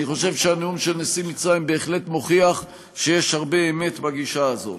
אני חושב שהנאום של נשיא מצרים בהחלט מוכיח שיש הרבה אמת בגישה הזאת.